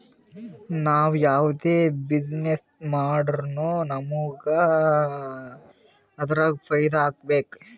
ನಾವ್ ಯಾವ್ದೇ ಬಿಸಿನ್ನೆಸ್ ಮಾಡುರ್ನು ನಮುಗ್ ಅದುರಾಗ್ ಫೈದಾ ಆಗ್ಬೇಕ